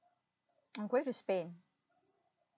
I'm going to spain